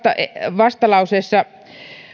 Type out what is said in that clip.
vastalauseessa